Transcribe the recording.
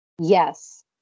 Yes